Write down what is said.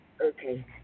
Okay